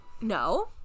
No